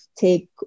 take